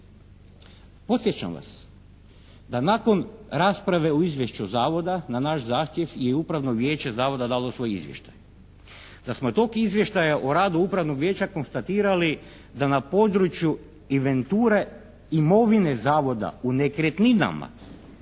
Podsjećam vas da nakon rasprave o izvješću zavoda na naš zahtjev i upravno vijeće zavoda je dalo svoj izvještaj. Da smo tog izvještaja o radu upravnog vijeća konstatirali da na području inventure imovine zavoda u nekretninama